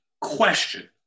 question